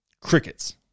crickets